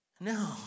No